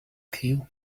clue